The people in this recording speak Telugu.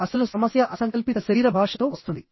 అసలు సమస్య అసంకల్పిత శరీర భాషతో వస్తుంది